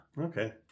Okay